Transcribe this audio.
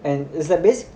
and is like based